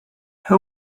who